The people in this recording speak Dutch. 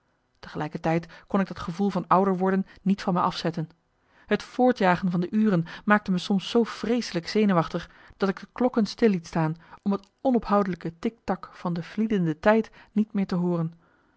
tegelijkertijd kon ik dat gevoel van ouder worden niet van mij afzetten het voortjagen van de uren maakte me soms zoo vreeselijk zenuwachtig dat ik de klokken stil liet staan om het onophoudelijke tiktak van de vliedende tijd niet meer te hooren